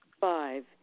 Five